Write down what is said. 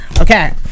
okay